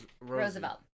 Roosevelt